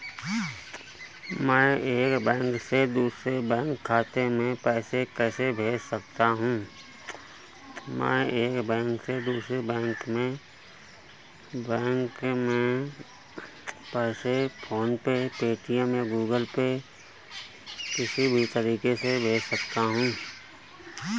मैं एक बैंक से दूसरे बैंक खाते में पैसे कैसे भेज सकता हूँ?